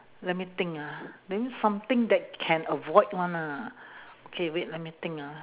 let me think ah that means something that can avoid [one] ah K wait let me think ah